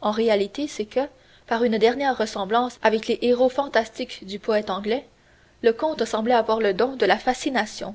en réalité c'est que par une dernière ressemblance avec les héros fantastiques du poète anglais le comte semblait avoir le don de la fascination